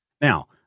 Now